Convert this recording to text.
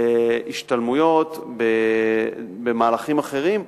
בהשתלמויות, במהלכים אחרים,